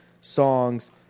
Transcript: songs